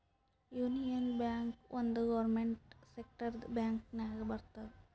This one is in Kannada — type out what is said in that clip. ಯೂನಿಯನ್ ಬ್ಯಾಂಕ್ ಒಂದ್ ಗೌರ್ಮೆಂಟ್ ಸೆಕ್ಟರ್ದು ಬ್ಯಾಂಕ್ ನಾಗ್ ಬರ್ತುದ್